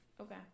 Okay